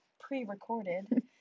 pre-recorded